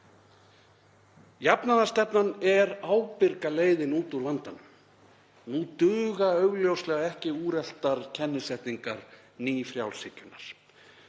Jafnaðarstefnan er ábyrga leiðin út úr vandanum. Nú duga augljóslega ekki úreltar kennisetningar nýfrjálshyggjunnar.